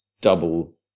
double